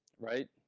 right?